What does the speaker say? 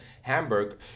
Hamburg